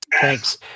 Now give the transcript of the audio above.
thanks